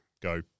go